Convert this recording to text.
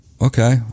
Okay